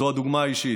זה הדוגמה האישית,